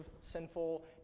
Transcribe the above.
sinful